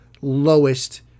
lowest